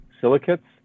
silicates